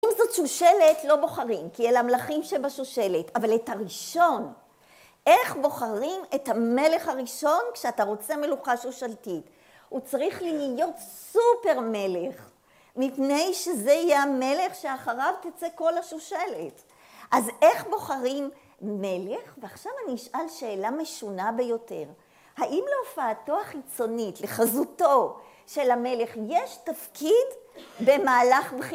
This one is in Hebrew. אם זאת שושלת, לא בוחרים, כי אלה המלכים שבשושלת, אבל את הראשון. איך בוחרים את המלך הראשון כשאתה רוצה מלוכה שושלתית? הוא צריך להיות סופר מלך, מפני שזה יהיה המלך שאחריו תצא כל השושלת. אז איך בוחרים מלך? ועכשיו אני אשאל שאלה משונה ביותר. האם להופעתו החיצונית, לחזותו של המלך, יש תפקיד במהלך בחירות?